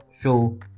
show